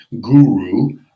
guru